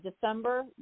December